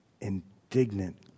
indignant